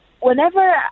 whenever